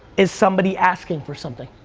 it's somebody asking for something.